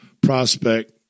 prospect